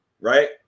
right